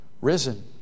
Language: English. risen